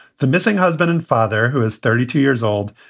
the missing husband and father, who is thirty two years old,